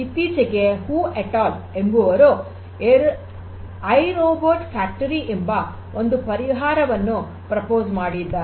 ಇತ್ತೀಚೆಗೆ Hu et al ಎಂಬುವರು iRobot factory ಎಂಬ ಒಂದು ಪರಿಹಾರವನ್ನು ಪ್ರಸ್ತಾಪ ಮಾಡಿದ್ದಾರೆ